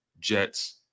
Jets